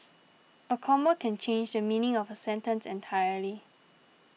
a comma can change the meaning of a sentence entirely